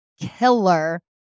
killer